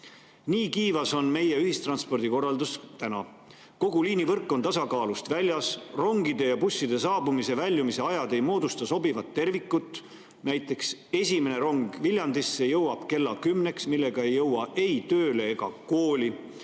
Nii kiivas on meie ühistranspordi korraldus täna. Kogu liinivõrk on tasakaalust väljas. Rongide ja busside saabumise ja väljumise ajad ei moodusta sobivat tervikut, näiteks esimene rong Viljandisse jõuab kella 10‑ks, sellega ei jõua ei tööle ega kooli,